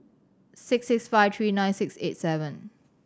six six five three nine six eight seven